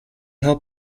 help